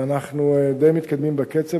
ואנחנו מתקדמים די בקצב.